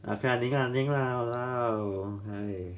okay okay 赢了赢了 !walao! !hais!